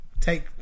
take